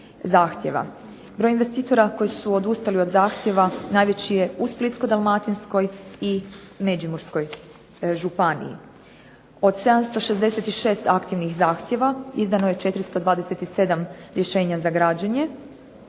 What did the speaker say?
Broj investitora koji su odustali od zahtjeva najveći je u Splitsko-dalmatinskoj i Međimurskoj županiji. Od 766 aktivnih zahtjeva izdano je 427 rješenja za građenje